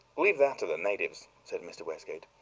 leave that to the natives, said mr. westgate.